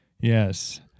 yes